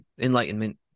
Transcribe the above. enlightenment